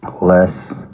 less